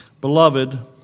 Beloved